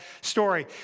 story